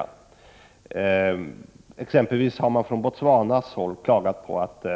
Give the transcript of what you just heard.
Man har exempelvis från Botswanas håll klagat på att